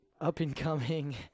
up-and-coming